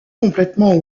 complètement